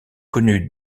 connue